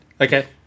okay